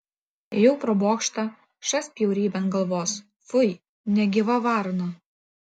ėjau pro bokštą šast bjaurybė ant galvos fui negyva varna